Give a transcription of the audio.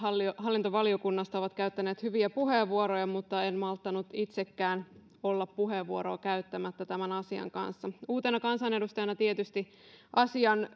hallintovaliokunnasta ovat käyttäneet hyviä puheenvuoroja mutta en malttanut itsekään olla puheenvuoroa käyttämättä tämän asian kanssa uutena kansanedustajana tietysti asian